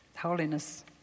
Holiness